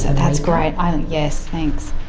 that's great, oh yes thanks.